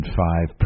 five